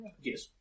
Yes